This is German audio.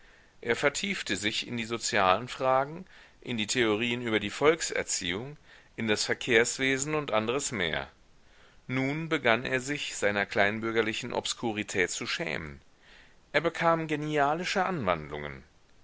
er vertiefte sich in die sozialen fragen in die theorien über die volkserziehung in das verkehrswesen und andres mehr nun begann er sich seiner kleinbürgerlichen obskurität zu schämen er bekam genialische anwandlungen